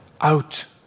out